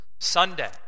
Sunday